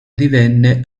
divenne